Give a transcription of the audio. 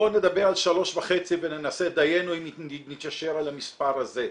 בוא נדבר על 3.5 וננסה דיינו אם נתיישר על המספר הזה.